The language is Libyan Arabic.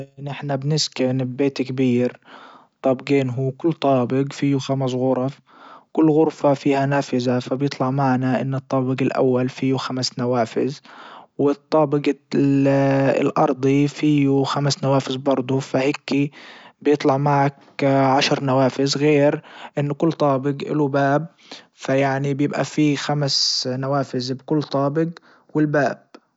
انحنا بنسكن ببيت كبير طابجين هو كل طابج فيو خمس غرف كل غرفة فيها نافذة فبيطلع معنا انه الطابج الاول فيو خمس نوافذ والطابج الارضي فيو خمس نوافذ برضه فهيكي بيطلع معك عشر نوافذ غير انه كل طابج اله باب فيعني بيبجى في خمس نوافذ بكل طابج والباب.